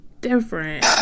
different